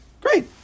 great